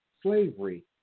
slavery